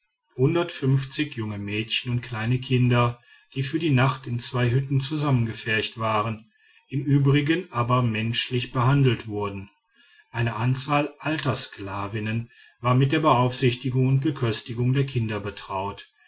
junge mädchen und kleine kinder die für die nacht in zwei hütten zusammengepfercht waren im übrigen aber menschlich behandelt wurden eine anzahl alter sklavinnen war mit der beaufsichtigung und beköstigung der kinder betraut